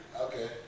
Okay